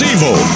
Evil